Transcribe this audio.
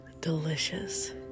Delicious